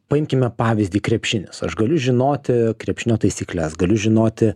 paimkime pavyzdį krepšinis aš galiu žinoti krepšinio taisykles galiu žinoti